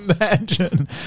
Imagine